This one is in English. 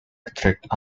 attracted